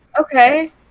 Okay